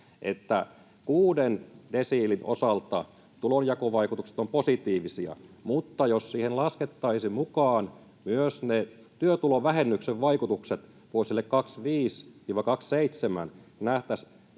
kuuden desiilin osalta tulonjakovaikutukset ovat positiivisia, mutta jos siihen laskettaisiin mukaan myös ne työtulovähennyksen vaikutukset vuosille 25—27, niin nähtäisiin,